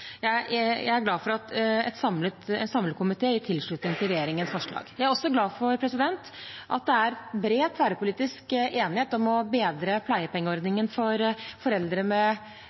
Jeg er glad for at en samlet komité gir sin tilslutning til regjeringens forslag. Jeg er også glad for at det er bred tverrpolitisk enighet om å bedre pleiepengeordningen for foreldre